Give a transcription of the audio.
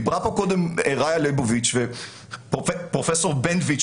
דיברה כאן קודם רעיה ליבוביץ ופרופסור בנטואיץ,